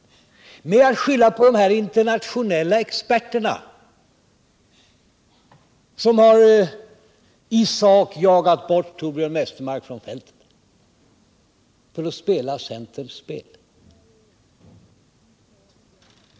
Han gör det också genom att skylla på de internationella experterna, som i sak har jagat bort Torbjörn Westermark från fältet, och han gör det för att spela centerns spel.